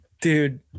Dude